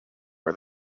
are